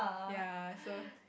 ya so